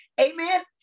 Amen